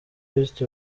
pst